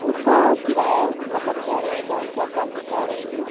اُس کا کرایہ مطلب کیا رہے گا کیا کونسی کار رہے گی